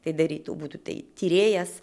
tai darytų būtų tai tyrėjas